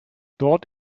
dort